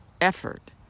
effort